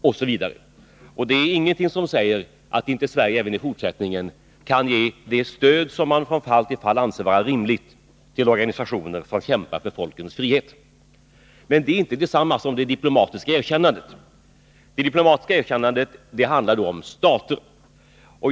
Och det är ingenting som säger att inte Sverige även i fortsättningen kan ge det stöd som vi från fall till fall anser vara rimligt till organisationer som kämpar för folkens frihet. Men det är inte detsamma som det diplomatiska erkännandet. Det diplomatiska erkännandet handlar om stater.